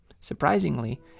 Surprisingly